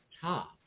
top